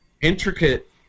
intricate